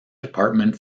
department